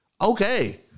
okay